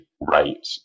right